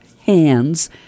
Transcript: hands